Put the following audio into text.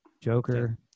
Joker